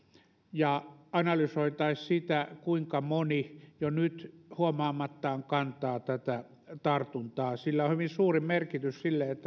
ja analysoitaisiin sitä kuinka moni jo nyt huomaamattaan kantaa tätä tartuntaa sillä on hyvin suuri merkitys sille